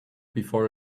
before